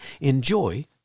Enjoy